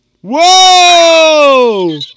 Whoa